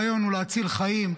הרעיון הוא להציל חיים.